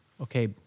okay